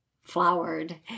flowered